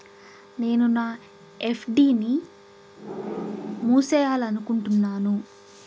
నేను నా ఎఫ్.డి ని మూసేయాలనుకుంటున్నాను